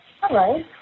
Hello